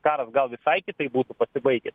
karas gal visai kitaip būtų pasibaigęs